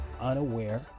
unaware